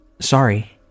sorry